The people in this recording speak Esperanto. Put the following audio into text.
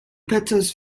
petas